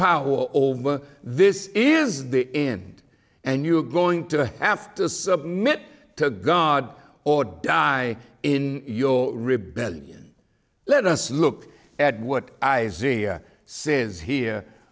power over this is the end and you're going to have to submit to god or die in your rebellion let us look at what isaiah says here